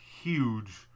huge